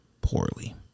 poorly